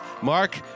Mark